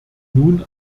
nun